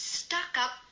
stuck-up